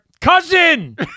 Cousin